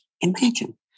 Imagine